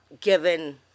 given